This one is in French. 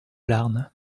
larn